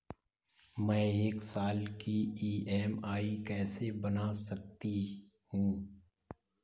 मैं एक साल की ई.एम.आई कैसे बना सकती हूँ?